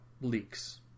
leaks